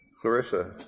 Clarissa